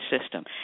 system